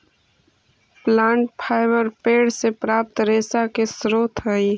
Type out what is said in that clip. plant fibre पेड़ से प्राप्त रेशा के स्रोत हई